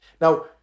Now